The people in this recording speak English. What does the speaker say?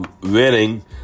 winning